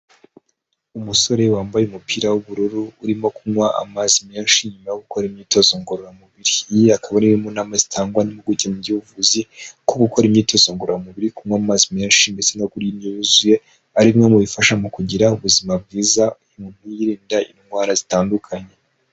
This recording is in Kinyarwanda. Umusore wambaye umupira w'ubururu urimo kunywa amazi menshi nyuma yo gukora imyitozo ngororamubiri, iyi akaba ari imwe mu nama zitangwa n'impuguke mu by'ubuvuzi nko: Gukora imyitozo ngororamubiri, kunywa amazi menshi, ndetse no kurya indyo yuzuye, ari bimwe mu bifasha mu kugira ubuzima bwiza umuntu yirinda indwara zitandukanye.